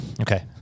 Okay